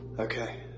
okay.